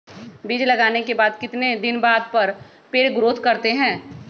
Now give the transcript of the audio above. बीज लगाने के बाद कितने दिन बाद पर पेड़ ग्रोथ करते हैं?